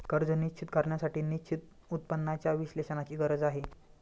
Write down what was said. कर्ज निश्चित करण्यासाठी निश्चित उत्पन्नाच्या विश्लेषणाची गरज आहे